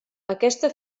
aquesta